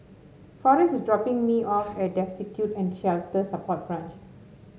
Forest is dropping me off at Destitute and Shelter Support Branch